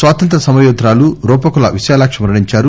స్వాతంత్ర్వ సమరయోధురాలు రూపకుల విశాలాక్షి మరణించారు